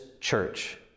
church